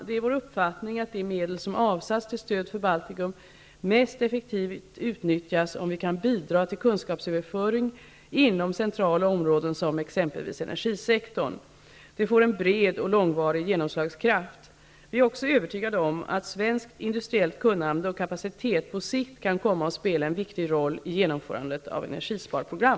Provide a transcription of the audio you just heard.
Det är vår uppfattning att de medel som avsatts till stöd för Baltikum mest effektivt utnyttjas om vi kan bidra till kunskapsöverföring inom centrala områden som exempelvis energisektorn. Det får en bred och långvarig genomslagskraft. Vi är också övertygade om att svenskt industriellt kunnande och kapacitet på sikt kan komma att spela en viktig roll i genomförandet av energisparprogram.